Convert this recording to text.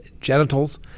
genitals